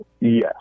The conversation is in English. Yes